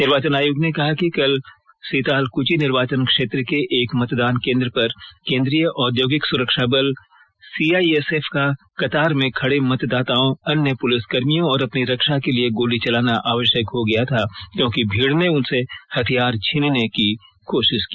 निर्वाचन आयोग ने कहा कि कल सीतालकुची निर्वाचन क्षेत्र के एक मतदान केन्द्र पर केन्द्रीय औद्योगिक सुरक्षाबल सीआईएसएफ का कतार में खडे मतदाताओं अन्य पुलिसकर्मियों और अपनी रक्षा के लिए गोली चलाना अवश्यक हो गया था क्योंकि भीड ने उनसे हथियार छीनने की कोशिश की